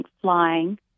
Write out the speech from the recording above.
flying